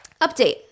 update